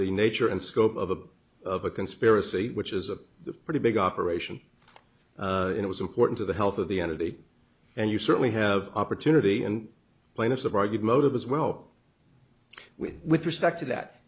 the nature and scope of a of a conspiracy which is a pretty big operation it was important to the health of the entity and you certainly have opportunity and plaintiffs have argued motive as well with with respect to that